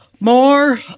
more